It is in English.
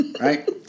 Right